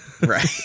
Right